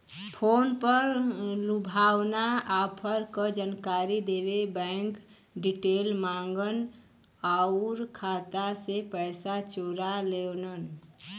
phone पर लुभावना offer क जानकारी देके बैंक डिटेल माँगन आउर खाता से पैसा चोरा लेवलन